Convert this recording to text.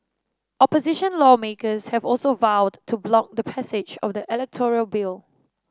opposition lawmakers have also vowed to block the passage of the electoral bill